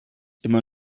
immer